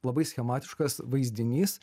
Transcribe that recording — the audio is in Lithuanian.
labai schematiškas vaizdinys